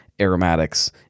aromatics